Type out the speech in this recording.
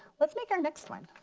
let's make our next one.